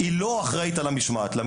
וחלק מהדיונים בוועדת הכנסת בוועדת הספורט